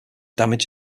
damage